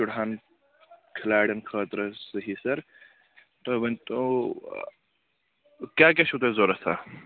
شُرہَن کھِلاڑٮ۪ن خٲطرٕ صحیح سَر تُہۍ ؤنۍ تو کیٛاہ کیٛاہ چھُو تۄہہِ ضوٚرَتھ